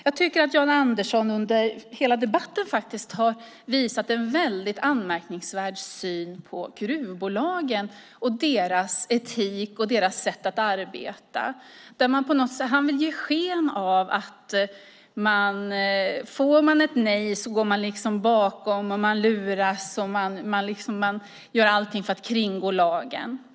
Jan Andersson har under hela debatten visat en anmärkningsvärd syn på gruvbolagen och deras etik och sätt att arbeta. Han vill ge sken av att om de får ett nej går de bakvägen, luras och gör allt för att kringgå lagen.